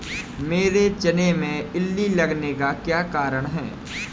मेरे चने में इल्ली लगने का कारण क्या है?